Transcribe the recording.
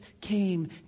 came